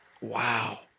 Wow